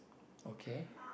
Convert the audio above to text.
okay